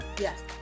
yes